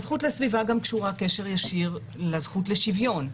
הזכות לסביבה גם קשורה קשר ישיר לזכות לשוויון.